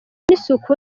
n’isuku